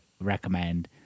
recommend